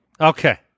Okay